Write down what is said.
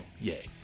yay